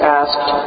asked